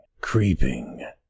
creeping